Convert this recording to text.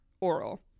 oral